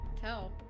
Tell